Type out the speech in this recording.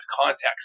context